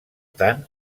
tant